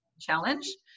challenge